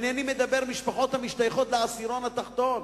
אינני מדבר על משפחות המשתייכות לעשירון התחתון,